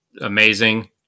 amazing